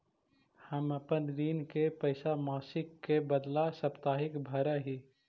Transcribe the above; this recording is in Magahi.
हम अपन ऋण के पैसा मासिक के बदला साप्ताहिक भरअ ही